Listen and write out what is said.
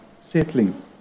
settling